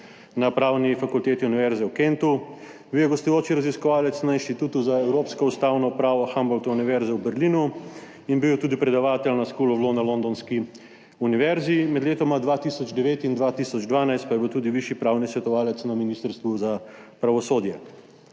na Pravni fakulteti Univerze v Kentu. Bil je gostujoči raziskovalec na Inštitutu za evropsko ustavno pravo Humboldtove univerze v Berlinu in bil je tudi predavatelj na School of Law na londonski univerzi, med letoma 2009 in 2012 pa je bil tudi višji pravni svetovalec na Ministrstvu za pravosodje.